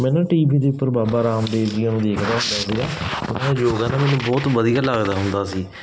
ਮੈਨੂੰ ਟੀਵੀ ਦੇ ਉੱਪਰ ਬਾਬਾ ਰਾਮਦੇਵ ਜੀ ਨੂੰ ਦੇਖਦਾ ਹੁੰਦਾ ਸੀਗਾ ਉਹ ਨਾ ਯੋਗਾ ਦਾ ਮੈਨੂੰ ਬਹੁਤ ਵਧੀਆ ਲੱਗਦਾ ਹੁੰਦਾ ਸੀ